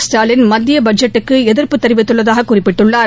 ஸ்டாலின் மத்திய பட்ஜெட்டுக்கு எதிர்ப்பு தெரிவித்துள்ளதாக குறிப்பிட்டார்